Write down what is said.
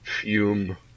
fume